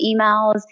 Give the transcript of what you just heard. emails